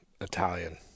Italian